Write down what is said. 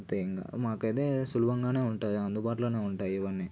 అంతే ఇక మాకు అయితే సులభంగానే ఉంటుంది అందుబాటులోనే ఉంటాయి ఇవన్నీ